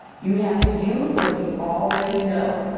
you have to use what you already know,